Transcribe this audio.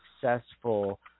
successful